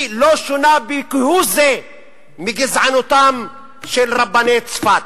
היא לא שונה כהוא זה מגזענותם של רבני צפת.